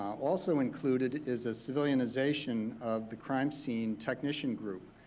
also included is a civilianization of the crime scene technician group.